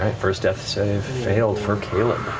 first death save failed for caleb.